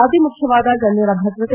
ಅತಿ ಮುಖ್ಯವಾದ ಗಣ್ಣರ ಭದ್ರತೆ